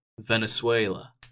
Venezuela